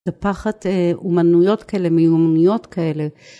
לפחת אומנויות כאלה מיומיות כאלה.